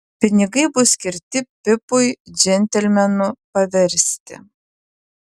pinigai bus skirti pipui džentelmenu paversti